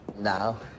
Now